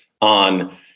on